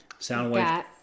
Soundwave